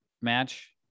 match